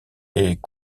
est